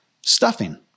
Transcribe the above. Stuffing